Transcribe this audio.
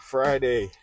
Friday